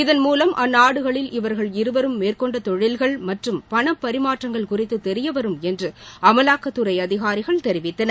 இதன் மூலம் அந்நாடுகளில் இவர்கள் இருவரும் மேற்கொண்ட தொழில்கள் மற்றும் பணப்பரிமாற்றங்கள் குறித்து தெரியவரும் என்று அமலாக்கத்துறை அதிகாரிகள் தெரிவித்தனர்